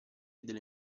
delle